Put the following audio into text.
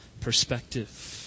perspective